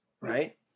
Right